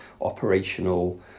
operational